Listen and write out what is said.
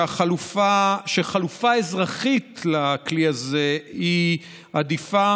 שחלופה אזרחית לכלי הזה היא עדיפה